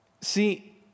See